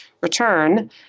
return